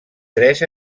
tres